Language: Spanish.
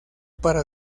para